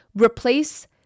Replace